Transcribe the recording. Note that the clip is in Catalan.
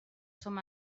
som